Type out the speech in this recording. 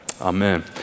Amen